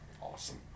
Awesome